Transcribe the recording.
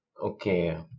Okay